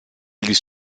liest